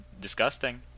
disgusting